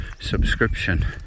Subscription